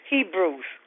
Hebrews